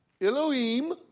Elohim